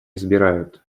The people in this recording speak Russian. избирают